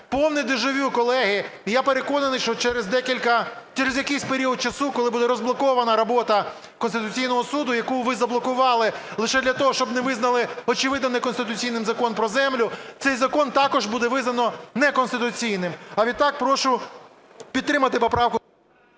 Повне дежавю, колеги. І я переконаний, що через якийсь період часу, коли буде розблокована робота Конституційного Суду, яку ви заблокували лише для того, щоб не визначити очевидно неконституційним Закон про землю, цей закон також буде визнано неконституційним. А відтак прошу підтримати поправку…